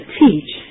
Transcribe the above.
teach